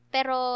Pero